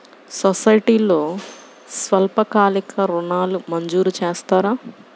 సొసైటీలో స్వల్పకాలిక ఋణాలు మంజూరు చేస్తారా?